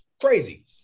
crazy